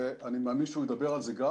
ואני מאמין שהוא ידבר על זה גם